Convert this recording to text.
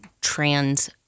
trans